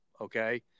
Okay